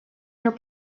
your